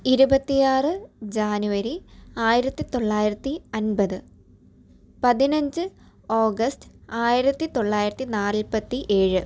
ഇരുപത്തിയാറ് ജാനുവരി ആയിരത്തി തൊള്ളായിരത്തി അൻപത് പതിനഞ്ച് ഓഗസ്ററ് ആയിരത്തി തൊള്ളായിരത്തി നാൽപത്തേഴ്